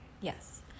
yes